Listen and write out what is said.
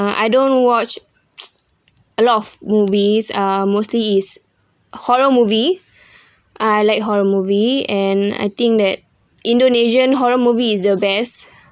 ah I don't watch a lot of movies uh mostly is horror movie I like horror movie and I think that indonesian horror movie is the best